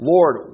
Lord